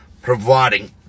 providing